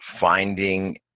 finding